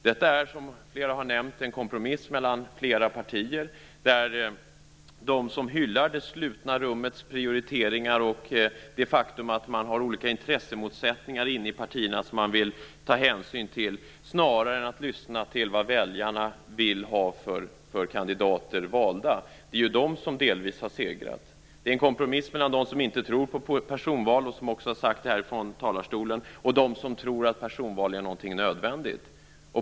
Detta är, som flera har nämnt, en kompromiss mellan flera partier, där de som hyllar det slutna rummets prioriteringar vill ta hänsyn till olika intressemotsättningar inom partierna snarare än att lyssna till vilka kandidater väljarna vill välja. Det är ju de som delvis har segrat. Det är en kompromiss mellan dem som inte tror på personval, som också har sagt det ifrån talarstolen, och de som tror att personval är någonting nödvändigt.